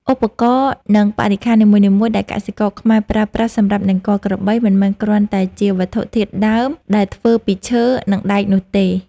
ឧបករណ៍ និងបរិក្ខារនីមួយៗដែលកសិករខ្មែរប្រើប្រាស់សម្រាប់នង្គ័លក្របី មិនមែនគ្រាន់តែជាវត្ថុធាតុដើមដែលធ្វើពីឈើ និងដែកនោះទេ។